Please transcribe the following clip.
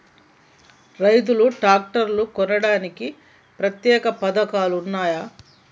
రైతులు ట్రాక్టర్లు కొనడానికి ప్రత్యేక పథకాలు ఉన్నయా?